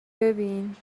ببین